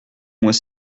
mois